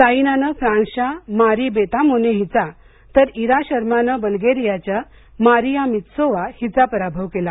साईनाने फ्रान्सच्या मारी बेतामोने हिचा तर ईरा शर्माने बल्गेरियाच्या मारिया मित्सोवा हिचा पराभव केला